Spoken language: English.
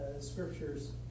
scriptures